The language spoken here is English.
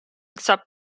except